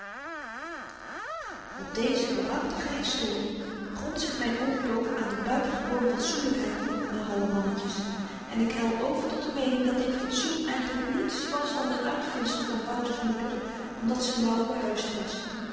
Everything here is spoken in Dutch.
op deze waarachtige historie grondt zich myn ongeloof aan de buitengewone fatsoenlykheid van de hallemannetjes en ik hel over tot de meening dat dit fatsoen eigenlyk niets was dan n uitvindsel van wouter's moeder omdat ze nauw behuisd was